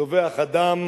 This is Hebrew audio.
זובחי אדם